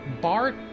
Bart